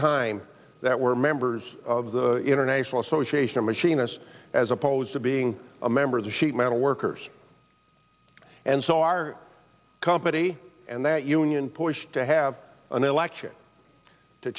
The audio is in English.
time that were members of the international association of machinists as opposed to being a member of the sheet metal workers and so our company and that union pushed to have an election to